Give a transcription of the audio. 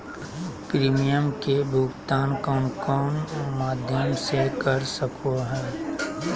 Premium के भुक्तान कौन कौन माध्यम से कर सको है?